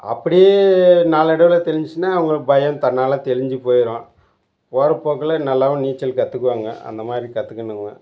அப்படியே நாளடைவில் தெளிஞ்சிடுச்சின்னா அவங்க பயம் தன்னால் தெளிஞ்சு போயிடும் போகிறபோக்குல நல்லாவும் நீச்சல் கற்றுக்குவாங்க அந்த மாதிரி கத்துக்கணும்ங்க